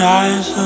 eyes